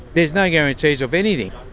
there is no guarantees of anything.